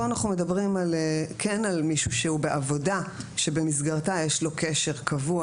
פה אנחנו מדברים כן על מישהו שהוא בעבודה שבמסגרתה יש לו קשר קבוע,